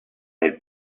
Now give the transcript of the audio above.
nel